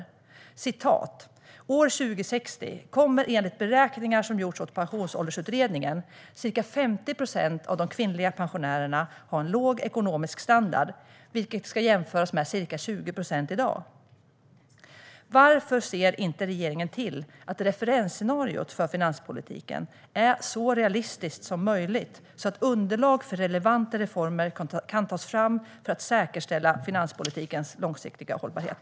Långtidsutredningen skriver: "År 2060 skulle enligt beräkningar som gjorts till Pensionsåldersutredningen ca 50 procent av de kvinnliga pensionärerna ha låg ekonomisk standard", vilket ska jämföras med ca 20 procent i dag. Varför ser inte regeringen till att referensscenariot för finanspolitiken är så realistiskt som möjligt, så att underlag för relevanta reformer kan tas fram för att säkerställa finanspolitikens långsiktiga hållbarhet?